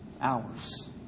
Hours